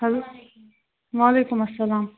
hello وعلیکُم اسلام